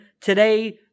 today